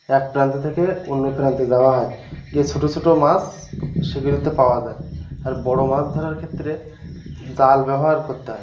এক প্রান্ত থেকে অন্য প্রান্তে যাওয়া হয় গিয়ে ছোটো ছোটো মাছ সেগুলিতে পাওয়া যায় আর বড়ো মাছ ধরার ক্ষেত্রে জাল ব্যবহার করতে হয়